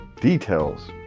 details